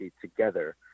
together